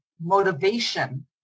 motivation